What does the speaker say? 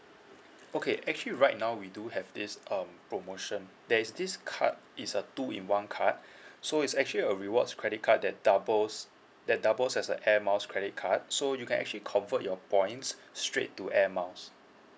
okay actually right now we do have this um promotion there's this card is a two in one card so is actually a rewards credit card that doubles that doubles as a airmiles credit card so you can actually convert your points straight to airmiles